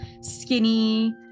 skinny